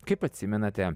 kaip atsimenate